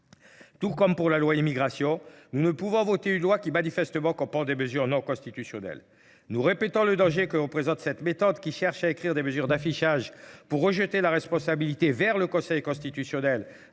Tout comme pour la loi immigration, nous ne pouvons voter une loi qui manifestement comprend des mesures non-constitutionnelles. Nous répétons le danger que représente cette méthode qui cherche à écrire des mesures d'affichage pour rejeter la responsabilité vers le Conseil constitutionnel